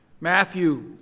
Matthew